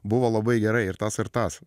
buvo labai gerai ir tas ir tas